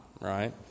right